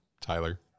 tyler